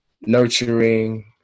nurturing